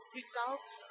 results